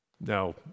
Now